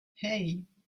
hey